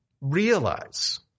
realize